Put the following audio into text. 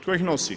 Tko ih nosi?